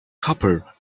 copper